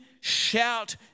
shout